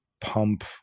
pump